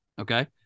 Okay